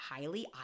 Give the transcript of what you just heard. highly